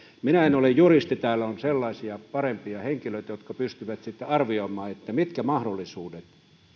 minä en ole juristi täällä on sellaisia parempia henkilöitä jotka pystyvät arvioimaan mitkä mahdollisuudet